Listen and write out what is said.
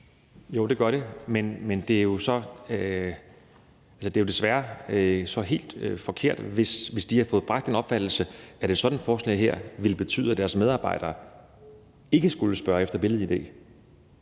Jo, det gør det, men det er jo desværre så helt forkert, hvis de er blevet bibragt den opfattelse, at et sådant forslag her ville betyde, at deres medarbejdere ikke skulle spørge efter billed-id.